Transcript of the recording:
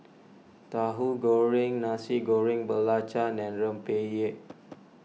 Tauhu Goreng Nasi Goreng Belacan and Rempeyek